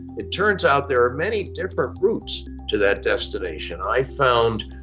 it turns out there are many different routes to that destination. i found,